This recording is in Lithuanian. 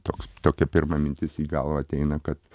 toks tokia pirma mintis į galvą ateina kad